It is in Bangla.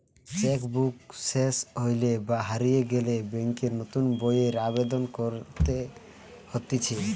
চেক বুক সেস হইলে বা হারিয়ে গেলে ব্যাংকে নতুন বইয়ের আবেদন করতে হতিছে